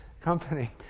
company